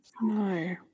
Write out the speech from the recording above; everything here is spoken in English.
No